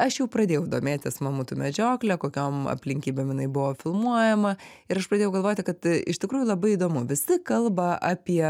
aš jau pradėjau domėtis mamutų medžiokle kokiom aplinkybėm jinai buvo filmuojama ir aš pradėjau galvoti kad iš tikrųjų labai įdomu visi kalba apie